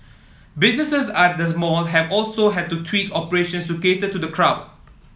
businesses at these mall have also had to tweak operations to cater to the crowd